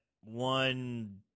one